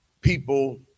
people